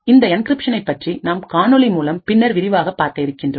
இந்த என்கிரிப்ஷனை பற்றி நாம் காணொளி மூலம் பின்னர் விரிவாகப் பார்க்க இருக்கின்றோம்